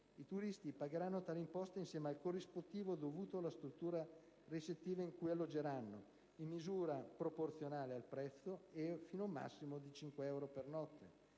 I turisti corrisponderanno tale imposta insieme al corrispettivo dovuto alla struttura ricettiva in cui alloggeranno in misura proporzionale al prezzo e fino ad un massimo di 5 euro per notte.